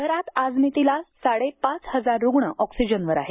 शहरात आजमितीला साडेपाच हजार रुग्ण ऑक्सिजनवर आहेत